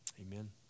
Amen